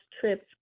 trip